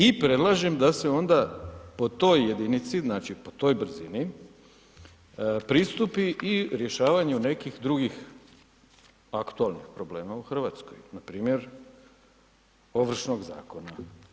I predlažem da se onda po toj jedinici, znači po toj brzini pristupi i rješavanju nekih drugih aktualnih problema u Hrvatskoj, npr. Ovršnog zakona.